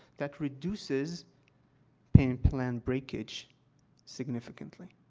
that reduces payment plan breakage significantly.